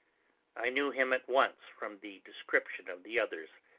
i knew him at once from the description of the others.